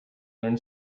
learn